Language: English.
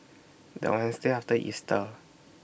The Wednesday after Easter